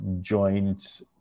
joint